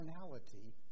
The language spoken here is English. finality